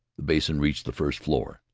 the basin reached the first floor.